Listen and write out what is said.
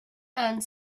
and